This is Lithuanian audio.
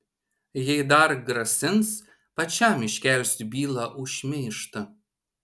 jei dar grasins pačiam iškelsiu bylą už šmeižtą